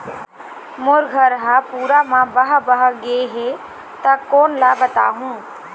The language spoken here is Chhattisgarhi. मोर घर हा पूरा मा बह बह गे हे हे ता कोन ला बताहुं?